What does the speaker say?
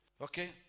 Okay